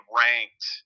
ranked